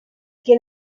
quien